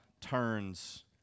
turns